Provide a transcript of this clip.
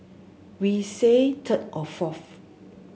we say third or fourth